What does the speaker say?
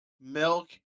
Milk